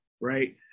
right